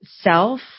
self